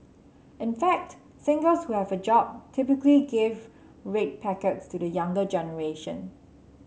in fact singles who have a job typically give red packets to the younger generation